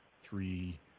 three